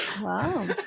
Wow